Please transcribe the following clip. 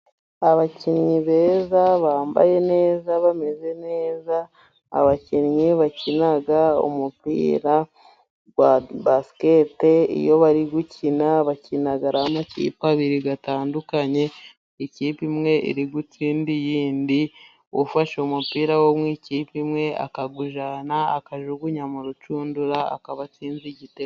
Abakinnyi beza bambaye neza, bameze neza. Abakinnyi bakina umupira wa basiketi iyo bari gukina bakina ari amamakipe abiri atandukanye, ikipe imwe iri gutsinda iyindi. Ufashe umupira wo mu ikipe imwe akawujyana akawujugunya mu rushundura akaba atsinze igitego.